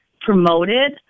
promoted